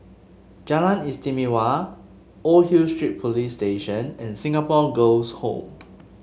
Jalan Istimewa Old Hill Street Police Station and Singapore Girls' Home